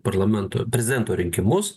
parlamento prezidento rinkimus